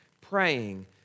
praying